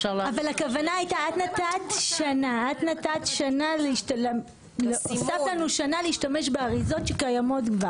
נתת שנה, הוספת לנו שנה להשתמש באריזות שקיימות.